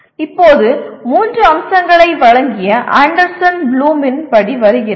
இப்போது 3 அம்சங்களை வழங்கிய ஆண்டர்சன் ப்ளூமின் படி வருகிறது